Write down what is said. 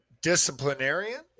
Disciplinarian